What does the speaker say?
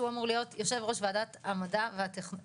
אומר שהוא אמור להיות יושב ראש וועדת המדע והטכנולוגיה,